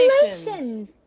Congratulations